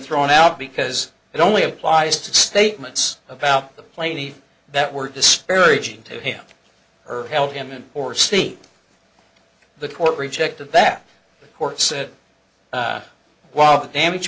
thrown out because it only applies to statements about the plainly that were disparaging to him or help him in or see the court rejected that court said while the damage